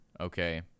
Okay